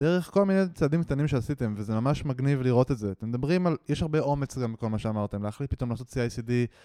דרך כל מיני צעדים קטנים שעשיתם, וזה ממש מגניב לראות את זה. אתם מדברים על... יש הרבה אומץ גם בכל מה שאמרתם, להחליט פתאום לעשות CI/CD